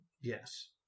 Yes